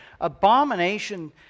Abomination